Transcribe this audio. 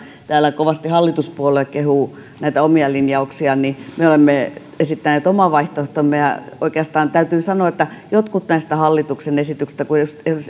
täällä kovasti hallituspuolueet kehuvat näitä omia linjauksiaan niin me olemme esittäneet oman vaihtoehtomme ja oikeastaan täytyy sanoa joistakin näistä hallituksen esityksistä kun